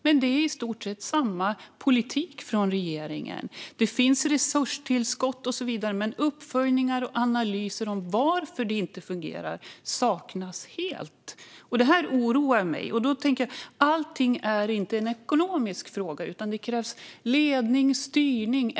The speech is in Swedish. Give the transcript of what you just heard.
Men det är i stort sett samma politik från regeringen. Det finns resurstillskott och så vidare, men uppföljningar och analyser av varför det inte fungerar saknas helt. Det oroar mig. Allt är inte en ekonomisk fråga, utan det krävs ledning och styrning.